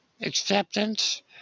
acceptance